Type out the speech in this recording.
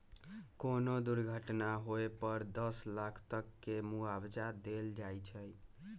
कोनो दुर्घटना होए पर दस लाख तक के मुआवजा देल जाई छई